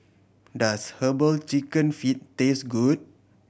does Herbal Chicken Feet taste good